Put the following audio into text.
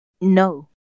No